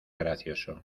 gracioso